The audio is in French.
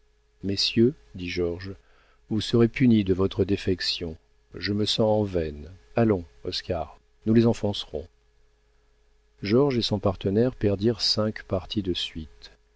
messieurs dit georges vous serez punis de votre défection je me sens en veine allons oscar nous les enfoncerons georges et son partenaire perdirent cinq parties de suite